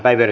asia